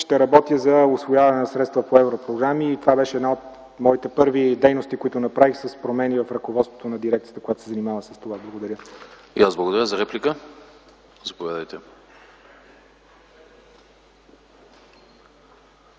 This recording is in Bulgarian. ще работя за усвояване на средствата по европрограми и това беше една от моите първи дейности, които направих с промени в ръководството на дирекцията, която се занимава с това. Благодаря. ПРЕДСЕДАТЕЛ АНАСТАС АНАСТАСОВ: